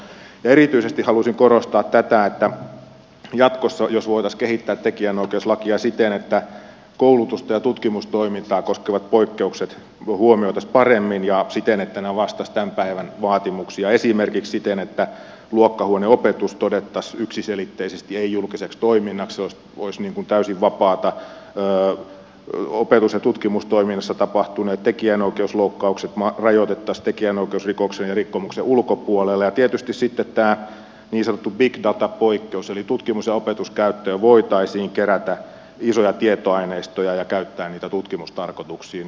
erityisesti haluaisin korostaa tätä että jatkossa voitaisiin kehittää tekijänoikeuslakia siten että koulutusta ja tutkimustoimintaa koskevat poikkeukset huomioitaisiin paremmin ja siten että ne vastaisivat tämän päivän vaatimuksia esimerkiksi siten että luokkahuoneopetus todettaisiin yksiselitteisesti ei julkiseksi toiminnaksi se olisi täysin vapaata opetus ja tutkimustoiminnassa tapahtuneet tekijänoikeusloukkaukset rajoitettaisiin tekijänoikeusrikoksien ja rikkomusten ulkopuolelle ja tietysti sitten tämä niin sanottu big data poikkeus eli tutkimus ja opetuskäyttöön voitaisiin kerätä isoja tietoaineistoja ja käyttää niitä tutkimustarkoituksiin